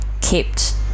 kept